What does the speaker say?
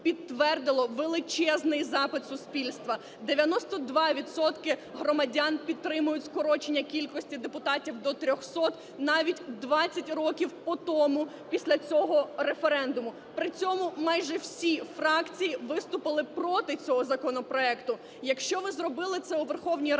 підтвердило величезний запит суспільства: 92 відсотки громадян підтримують скорочення кількості депутатів до 300 навіть 20 років потому після цього референдуму. При цьому майже всі фракції виступили проти цього законопроекту. Якщо ви зробили це у Верховній Раді,